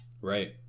Right